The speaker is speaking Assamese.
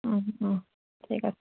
ঠিক আছে